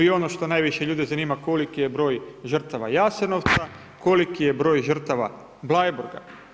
I ono što najviše ljude zanima, koliki je broj žrtava Jasenovaca, koliki je broj žrtava Bleiburga.